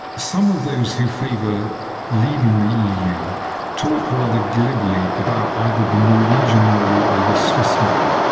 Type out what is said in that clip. some of those who favour leaving the eu talk rather glibly about either the norwegian model or the swiss model.